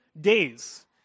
days